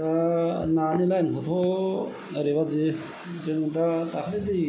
नानि लाइनखौथ' ओरैबादि जों दा दाख्लि दै